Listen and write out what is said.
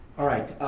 alright,